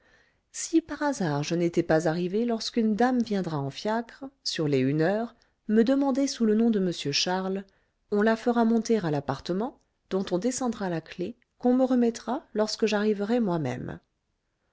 si par hasard je n'étais pas arrivé lorsqu'une dame viendra en fiacre sur les une heure me demander sous le nom de m charles on la fera monter à l'appartement dont on descendra la clef qu'on me remettra lorsque j'arriverai moi-même